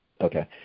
Okay